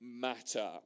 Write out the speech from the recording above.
matter